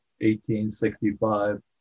1865